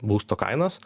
būsto kainos